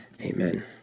Amen